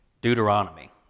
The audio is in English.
Deuteronomy